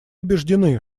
убеждены